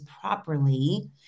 properly